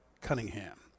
Cunningham